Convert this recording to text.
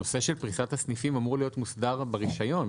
הנושא של פריסת הסניפים אמור להיות מוסדר ברישיון.